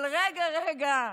אבל רגע, רגע,